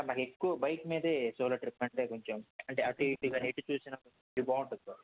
sir నాకు ఎక్కువ bike మీదే సోలో ట్రిప్ అంటే కొంచం అటు ఇటుగా ఎటుచూసినా ఇది బాగుంటుంది సార్